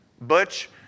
Butch